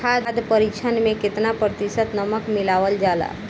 खाद्य परिक्षण में केतना प्रतिशत नमक मिलावल जाला?